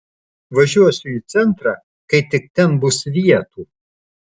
važiuosiu į centrą kai tik ten bus vietų